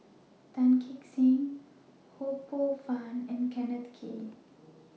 Tan Kee Sek Ho Poh Fun and Kenneth Kee